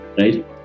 right